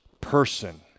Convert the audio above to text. person